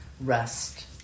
Rest